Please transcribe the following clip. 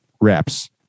reps